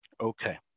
okay